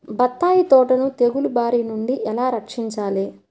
బత్తాయి తోటను తెగులు బారి నుండి ఎలా రక్షించాలి?